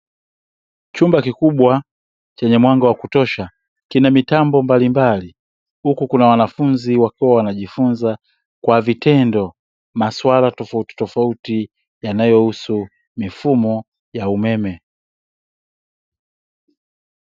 Chumba kikubwa chenye mwanga wa kutosha kina mitambo mbalimbali huku kuna wanafunzi wakiwa wanajifunza kwa vitendo maswala tofautitofauti yanayohusu mifumo ya umeme.